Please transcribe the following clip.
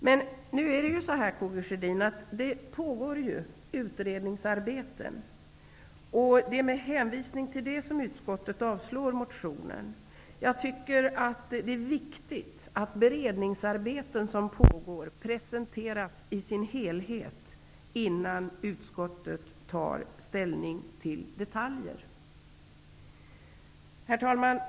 Men det är ju faktiskt så att det pågår ett omfattande beredningsarbete, där även dessa frågor behandlas, och det är med hänvisning till det arbetet som utskottet avstyrker motionen. Jag tycker att det är viktigt att beredningsarbetet presenteras i sin helhet, innan utskottet tar ställning till detaljer. Herr talman!